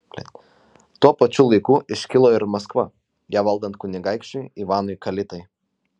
tuo pačiu laiku iškilo ir maskva ją valdant kunigaikščiui ivanui kalitai